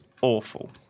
awful